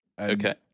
Okay